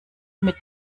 mit